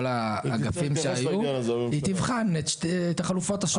האגפים שהיו היא תבחן את החלופות השונות.